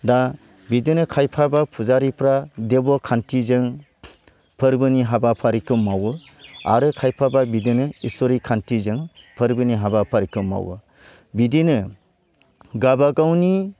दा बिदिनो खायफाबा फुजारिफ्रा देब'खान्थिजों फोरबोनि हाबाफारिखौ मावो आरो खायफाबा बिदिनो इस्वरि खान्थिजों फोरबोनि हाबाफारिखौ मावो बिदिनो गाबागावनि